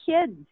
kids